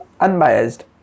unbiased